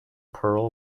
pearl